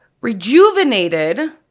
rejuvenated